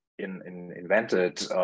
invented